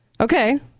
Okay